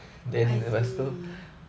I see